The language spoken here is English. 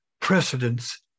precedence